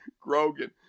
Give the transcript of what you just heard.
Grogan